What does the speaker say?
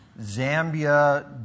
Zambia